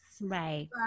Right